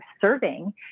serving